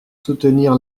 soutenir